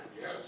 Yes